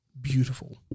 beautiful